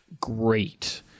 great